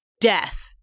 death